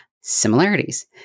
similarities